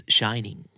shining